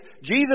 Jesus